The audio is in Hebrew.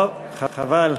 טוב, חבל.